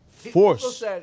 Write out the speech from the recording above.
force